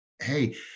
hey